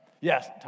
Yes